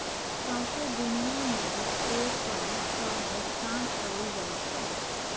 सौंसे दुनियाँ मे पे पल सँ भोगतान कएल जाइ छै